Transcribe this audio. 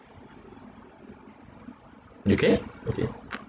you okay okay